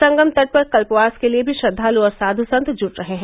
संगम तट पर कल्पवास के लिए भी श्रद्वालु और साधु संत जुट रहे हैं